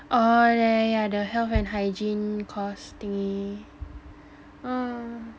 oh ya ya the health and hygiene course thingy